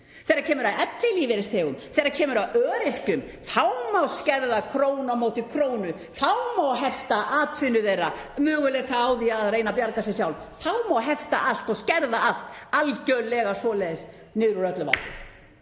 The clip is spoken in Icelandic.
Þegar kemur að ellilífeyrisþegum, þegar kemur að öryrkjum þá má skerða krónu á móti krónu. Þá má hefta atvinnu þeirra, möguleika á því að reyna að bjarga sér sjálf, þá má hefta allt og skerða allt algjörlega svoleiðis niður úr öllu valdi.